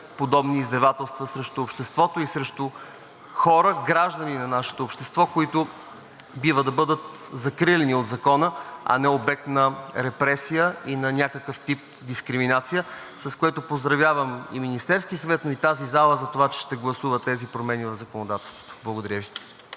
подобни издевателства срещу обществото и срещу хората – граждани на нашето общество, които бива да бъдат закриляни от закона, а не обект на репресия и някакъв тип дискриминация, с което поздравявам и Министерския съвет, и тази зала за това, че ще гласува тези промени в законодателството. Благодаря Ви.